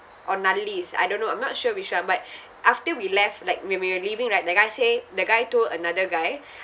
or natalie's I don't know I'm not sure which [one] but after we left like when we were leaving right the guy say the guy told another guy